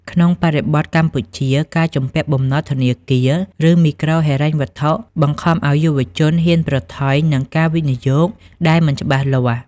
ក្នុងបរិបទកម្ពុជា ការជំពាក់បំណុលធនាគារ ឬមីក្រូហិរញ្ញវត្ថុ បង្ខំឱ្យយុវជនហ៊ានប្រថុយនឹងការវិនិយោគដែលមិនច្បាស់លាស់។